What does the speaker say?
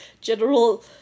general